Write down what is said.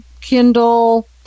Kindle